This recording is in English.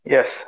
Yes